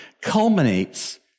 culminates